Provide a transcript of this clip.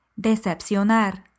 Decepcionar